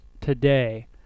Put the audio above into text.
today